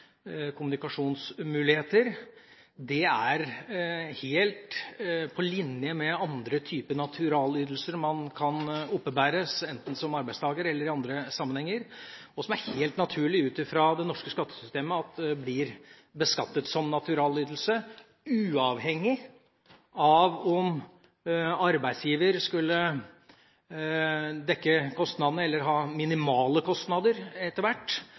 kommunikasjonsmuligheter, er helt på linje med andre typer naturalytelser man kan oppebære, enten som arbeidstaker eller i andre sammenhenger, og som helt naturlig, ut fra det norske skattesystemet, blir beskattet som naturalytelse, uavhengig av om arbeidsgiver skulle dekke kostnadene eller ha minimale kostnader etter hvert,